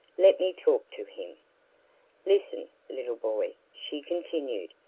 let me talk to him listen, little boy, she continued,